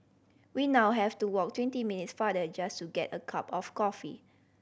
we now have to walk twenty minutes farther just to get a cup of coffee